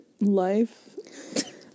Life